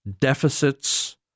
deficits